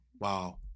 Wow